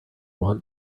want